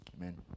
Amen